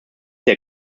der